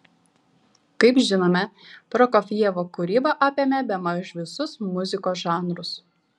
kaip žinome prokofjevo kūryba apėmė bemaž visus muzikos žanrus